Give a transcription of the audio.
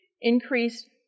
increased